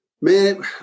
Man